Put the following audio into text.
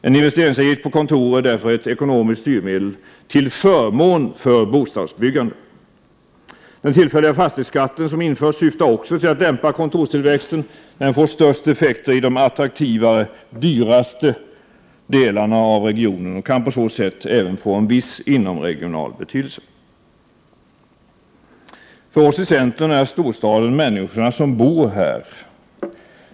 En investeringsavgift på kontor är därför ett ekonomiskt styrmedel till förmån för bostadsbyggande. Också den tillfälliga fastighetsskatt som införs syftar till att dämpa kontorstillväxten. Den får de största effekterna i de attraktivare, dyraste delarna av regionen och kan på så sätt även få en viss inomregional betydelse. För oss i centern är storstaden människorna som bor här.